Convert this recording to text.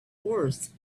horse